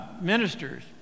ministers